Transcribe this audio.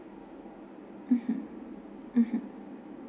mmhmm mmhmm